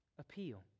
appeal